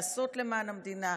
לעשות למען המדינה,